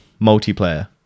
multiplayer